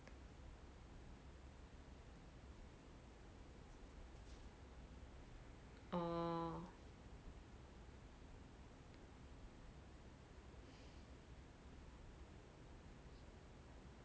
orh